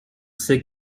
sait